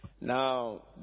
now